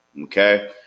okay